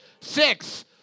six